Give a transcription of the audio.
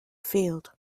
field